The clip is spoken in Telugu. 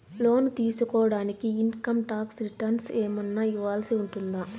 లోను తీసుకోడానికి ఇన్ కమ్ టాక్స్ రిటర్న్స్ ఏమన్నా ఇవ్వాల్సి ఉంటుందా